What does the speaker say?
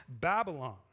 Babylon